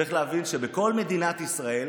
צריך להבין שבכל מדינת ישראל